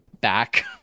back